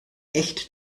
echt